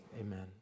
amen